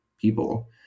people